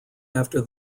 after